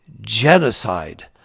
genocide